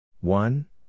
One